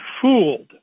fooled